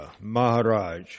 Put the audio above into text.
Maharaj